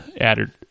added